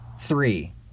three